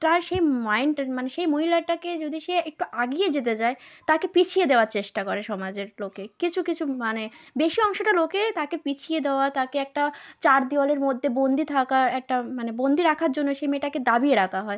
তার সেই মাইন্ডটার মানে সেই মহিলাটাকে যদি সে একটু এগিয়ে যেতে চায় তাকে পিছিয়ে দেওয়ার চেষ্টা করে সমাজের লোকে কিছু কিছু মানে বেশি অংশটা লোকে তাকে পিছিয়ে দেওয়া তাকে একটা চার দেওয়ালের মধ্যে বন্দি থাকার একটা মানে বন্দি রাখার জন্য সে মেয়েটাকে দাবিয়ে রাখা হয়